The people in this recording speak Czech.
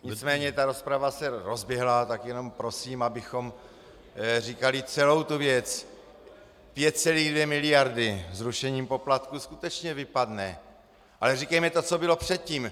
Nicméně rozprava se rozběhla, tak jenom prosím, abychom říkali celou tu věc: 5,2 mld. zrušením poplatků skutečně vypadne, ale říkejme to, co bylo předtím!